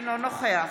אינו נוכח